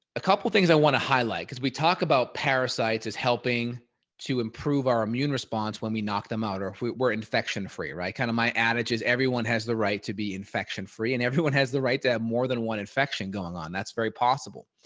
a couple things i want to highlight because we talked about parasites is helping to improve our immune response when we knock them out, or if we're infection free, right, kind of my attitude is everyone has the right to be infection free and everyone has the right to have more than one infection going on. that's very possible.